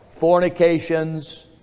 Fornications